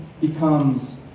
becomes